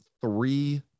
three